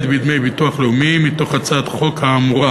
בדמי ביטוח לאומי מתוך הצעת החוק האמורה,